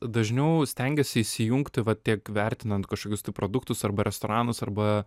dažniau stengiuosi įsijungti vat tiek vertinant kažkokius tai produktus arba restoranus arba